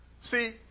See